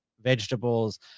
vegetables